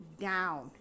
down